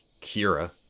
Kira